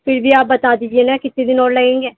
پھر بھی آپ بتا دیجیے نا کتنے دن اور لگیں گے